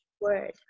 word